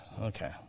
Okay